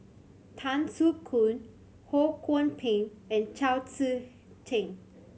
Tan Soo Khoon Ho Kwon Ping and Chao Tzee Cheng